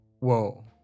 Whoa